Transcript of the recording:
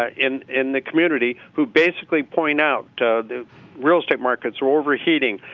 ah in in the community who basically point out ah. do real stock markets or overheating